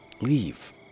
leave